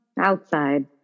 outside